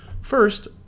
First